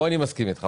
פה אני מסכים איתך,